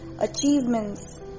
achievements